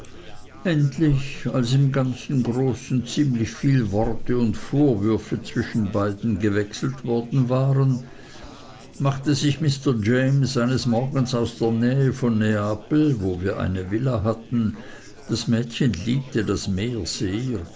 endlich als im ganzen großen ziemlich viel worte und vorwürfe zwischen beiden gewechselt worden waren machte sich mr james eines morgens aus der nähe von neapel wo wir eine villa hatten das mädchen liebte das meer sehr